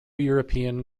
european